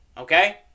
Okay